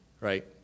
right